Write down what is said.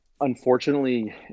unfortunately